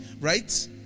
right